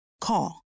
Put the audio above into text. Call